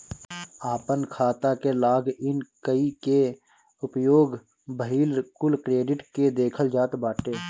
आपन खाता के लॉग इन कई के उपयोग भईल कुल क्रेडिट के देखल जात बाटे